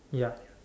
ya